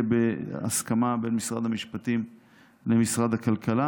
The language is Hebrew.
בהסכמה בין משרד המשפטים למשרד הכלכלה.